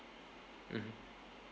mm